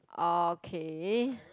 um K